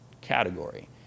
category